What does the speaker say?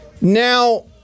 now